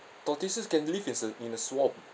tortoises can live is a in a swamp